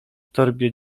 torbie